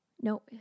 No